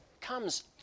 comes